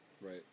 Right